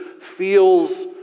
feels